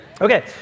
Okay